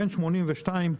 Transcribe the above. בן 82,